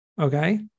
okay